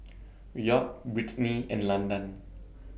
Wyatt Brittny and Landan